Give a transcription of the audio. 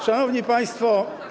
Szanowni Państwo!